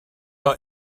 our